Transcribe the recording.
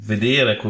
Vedere